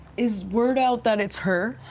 is word out that it's her?